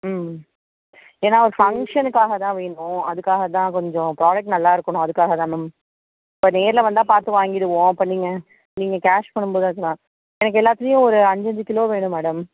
ம் ஏனால் ஒரு ஃபங்ஷனுக்காக தான் வேணும் அதுக்காக தான் கொஞ்சம் ப்ரோடக்ட் நல்லா இருக்கணும் அதுக்காக தான் மேம் இப்போ நேரில் வந்தால் பார்த்து வாங்கிடுவோம் இப்போ நீங்கள் நீங்கள் கேஷ் பண்ணும் போதாவது நான் எனக்கு எல்லாத்துலியும் ஒரு அஞ்சஞ்சு கிலோ வேணும் மேடம்